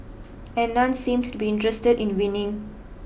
and none seemed to be interested in winning